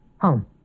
Home